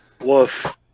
Woof